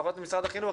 לפחות משרד החינוך,